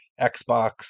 Xbox